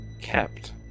kept